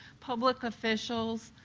public officials,